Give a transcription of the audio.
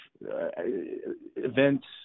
events